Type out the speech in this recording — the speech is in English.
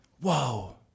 Whoa